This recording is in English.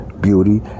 beauty